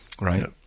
right